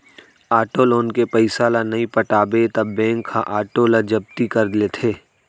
auto loan के पइसा ल नइ पटाबे त बेंक ह आटो ल जब्ती कर लेथे